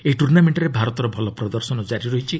ଏହି ଟୁର୍ଷାମେଣ୍ଟରେ ଭାରତର ଭଲ ପ୍ରଦର୍ଶନ କାରି ରହିଛି